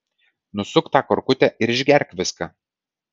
nusuk tą korkutę ir išgerk viską